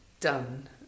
done